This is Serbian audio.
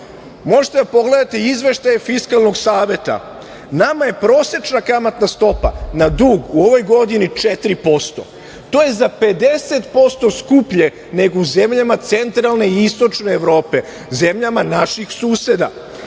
Možete da pogledate izvešaj Fiskalno saveta. Nama je prosečna kamatna stopa na dug u ovoj godini 4%, to je za 50% skuplje nego u zemljama centralne i istočne Evrope, zemljama naših suseda,